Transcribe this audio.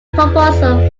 proposal